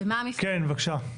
כן, בבקשה.